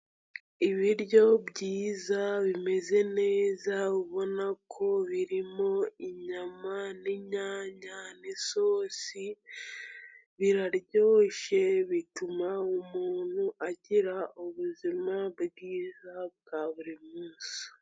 Ibiryo byiza bimeze neza, ubona ko birimo inyama, ni inyanya, ni isosi biraryoshye, bituma umuntu agira ubuzima bwiza bwa buri munsi.